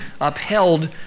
upheld